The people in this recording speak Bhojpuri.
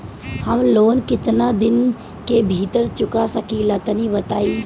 हम लोन केतना दिन के भीतर चुका सकिला तनि बताईं?